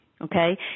Okay